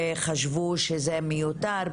וחשבו שזה מיותר.